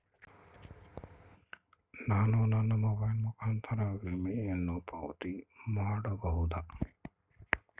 ನಾನು ನನ್ನ ಮೊಬೈಲ್ ಮುಖಾಂತರ ವಿಮೆಯನ್ನು ಪಾವತಿ ಮಾಡಬಹುದಾ?